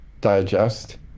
digest